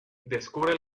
descubre